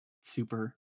super